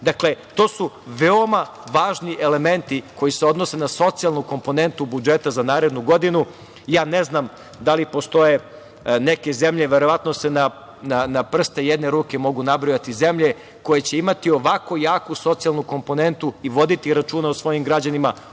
zarade. Dakle, to su veoma važni elementi koji se odnose na socijalnu komponentu budžeta za narednu godinu. Ne znam da li postoje neke zemlje, verovatno se na prste jedne ruke mogu nabrojati, zemlje koje će imati ovako jaku socijalnu komponentu i voditi računa o svojim građanima